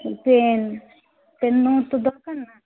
pen এই মুহূর্তে দরকার না